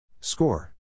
Score